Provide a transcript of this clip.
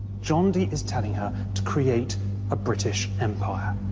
john dee is telling her to create a british empire.